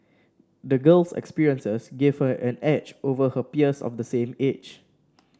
the girl's experiences gave her an edge over her peers of the same age